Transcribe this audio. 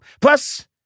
Plus